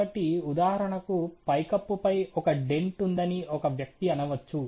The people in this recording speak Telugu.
కాబట్టి ఉదాహరణకు పైకప్పుపై ఒక డెంట్ ఉందని ఒక వ్యక్తి అనవచ్చు